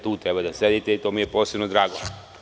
Tu treba da sedite i to mi je posebno drago.